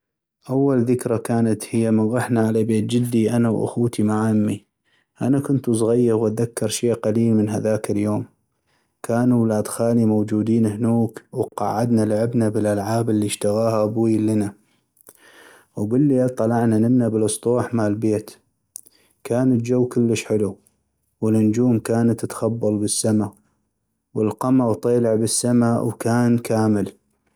اول ذكرى كانت هي من غحنا على بيت جدي انا واخوتي مع أمي ، انا كنتو صغيغ واذكر شي قليل من هذاك اليوم ، كانوا اولاد خالي موجودين اهنوك وقعدنا لعبنا بالالعاب اللي اشتغاها أبوي النا ، وبالليل طلعنا نمنا بالسطوح مال بيت كان الجو كلش حلو والنجوم كانت تخبل بالسما والقمغ طيلع بالسما و كان كامل.